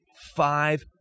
five